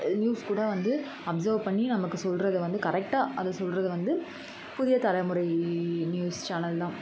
news கூட வந்து observe பண்ணி நமக்கு சொல்கிறது வந்து கரெக்டாக அதை சொல்கிறது வந்து புதிய தலைமுறை நியூஸ் சேனல் தான்